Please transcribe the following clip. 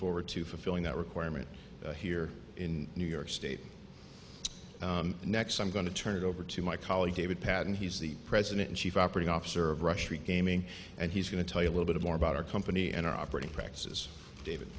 forward to fulfilling that requirement here in new york state next i'm going to turn it over to my colleague david patton he's the president and chief operating officer of russia gaming and he's going to tell you a little bit more about our company and our operating practices david